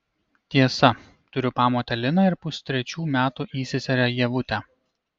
tiesa turiu pamotę liną ir pustrečių metų įseserę ievutę